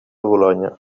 bolonya